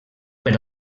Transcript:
per